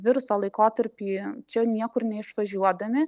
viruso laikotarpį čia niekur neišvažiuodami